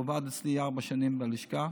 הוא עבד אצלי ארבע שנים בלשכה